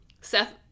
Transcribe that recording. Seth